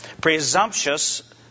presumptuous